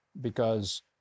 because-